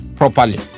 properly